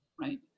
right